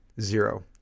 zero